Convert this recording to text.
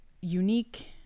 unique